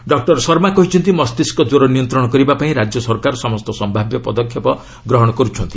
doctor Sharma କହିଛନ୍ତି ମସ୍ତିଷ୍କ କ୍ୱର ନିୟନ୍ତ୍ରଣ କରିବାପାଇଁ ରାଜ୍ୟ ସରକାର ସମସ୍ତ ସମ୍ଭାବ୍ୟ ପଦକ୍ଷେପ ଗ୍ରହଣ କରୁଛନ୍ତି